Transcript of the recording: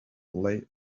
lay